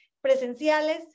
presenciales